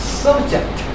subject